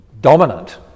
dominant